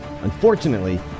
Unfortunately